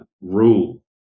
rule